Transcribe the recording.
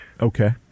Okay